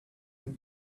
can